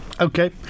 Okay